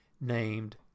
named